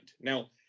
Now